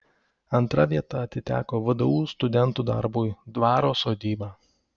antra vieta atiteko vdu studentų darbui dvaro sodyba